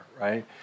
right